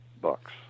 bucks